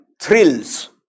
thrills